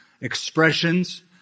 expressions